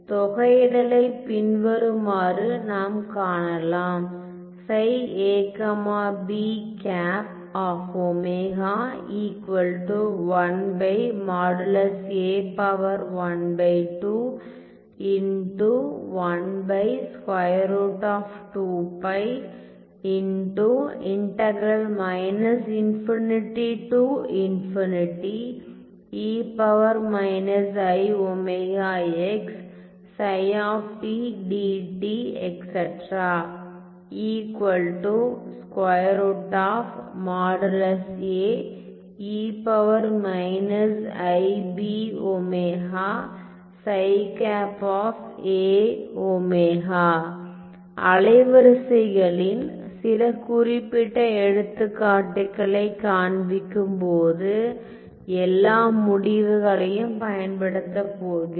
தொகையிடலை பின்வருமாறு நாம் காணலாம் அலைவரிசைகளின் சில குறிப்பிட்ட எடுத்துக்காட்டுகளைக் காண்பிக்கும் போது எல்லா முடிவுகளையும் பயன்படுத்தப் போகிறோம்